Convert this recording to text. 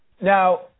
Now